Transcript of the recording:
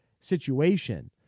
situation